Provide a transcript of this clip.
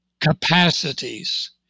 capacities